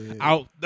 out